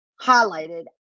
highlighted